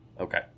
Okay